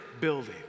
building